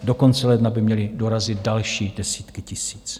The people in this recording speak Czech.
Do konce ledna by měly dorazit další desítky tisíc.